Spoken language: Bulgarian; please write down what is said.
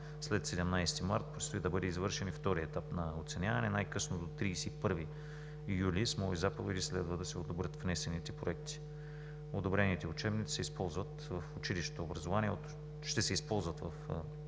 След 17 март предстои да бъде извършен и вторият етап на оценяване. Най-късно до 31 юли с мои заповеди следва да се одобрят внесените проекти. Одобрените учебници ще се използват в училищното образование от учебната